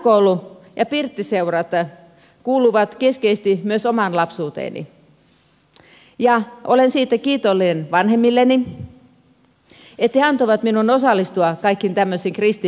pyhäkoulu ja pirttiseurat kuuluivat keskeisesti myös omaan lapsuuteeni ja olen siitä kiitollinen vanhemmilleni että he antoivat minun osallistua kaikkeen tämmöiseen kristilliseen toimintaan